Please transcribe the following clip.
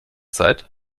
zeit